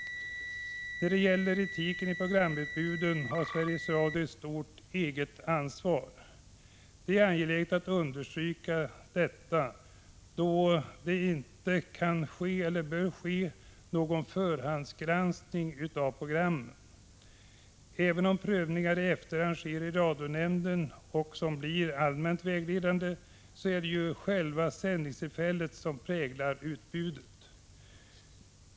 När det gäller etiken i programutbuden har Sveriges Radio ett stort eget ansvar. Det är angeläget att understryka detta, eftersom det inte kan, eller bör, ske någon förhandsgranskning av programmen. Även om prövningar i efterhand sker i radionämnden, vilka blir allmänt vägledande, är det själva sändningstillfället som präglar utbudet.